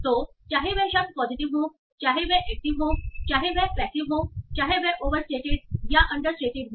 तो चाहे वह शब्द पॉजिटिव हो चाहे वह एक्टिव हो चाहे वह पैसिव हो चाहे वह ओवरस्टेटेड या अंडरस्टेटेड हो